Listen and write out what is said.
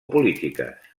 polítiques